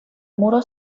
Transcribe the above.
muro